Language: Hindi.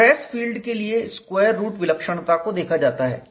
स्ट्रेस फील्ड के लिए स्क्वायर रूट विलक्षणता को देखा जाता है